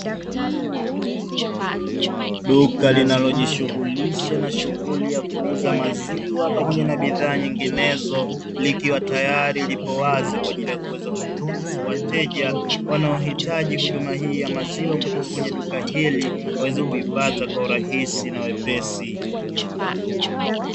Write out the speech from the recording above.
Duka linalojishughulisha na shughuli ya kuuza maziwa pamoja na bidhaa nyinginezo likiwa tayari lipo wazi kwa ajili ya kuweza kuruhusu wateja, wanaohitaji huduma hii ya maziwa kutoka kwenye duka hili waweze kuipata kwa urahisi na wepesi.